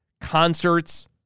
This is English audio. concerts